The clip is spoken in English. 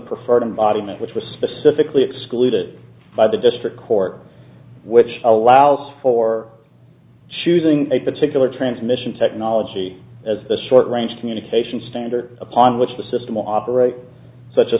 preferred embodiment which were specifically excluded by the district court which allows for choosing a particular transmission technology as the short range communication standard upon which the system will operate such a